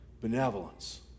benevolence